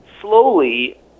slowly